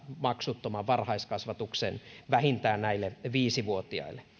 maksuttoman varhaiskasvatuksen vähintään näille viisivuotiaille